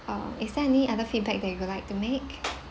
uh is there any other feedback that you would like to make